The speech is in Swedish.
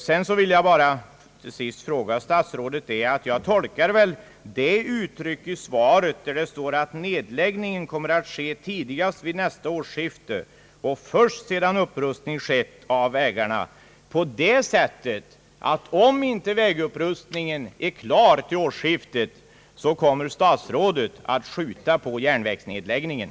Till sist vill jag bara fråga, om uttalandet i svaret att nedläggningen kommer att ske tidigast vid nästa årsskifte och först sedan upprustning skett av vägarna, bör tolkas på det sättet, att om inte vägupprustningen är klar till årsskiftet, så kommer statsrådet att skjuta på järnvägsnedläggningen.